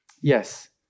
Yes